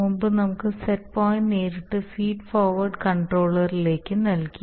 മുമ്പ് നമുക്ക് set point നേരിട്ട് ഫീഡ് ഫോർവേർഡ് കൺട്രോളറിലേക്ക് നൽകി